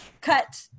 cut